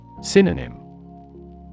Synonym